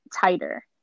tighter